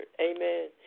Amen